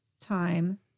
time